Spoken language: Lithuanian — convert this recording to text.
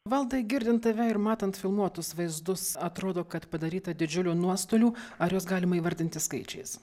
valdai girdint tave ir matant filmuotus vaizdus atrodo kad padaryta didžiulių nuostolių ar juos galima įvardinti skaičiais